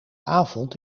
avond